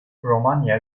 romanya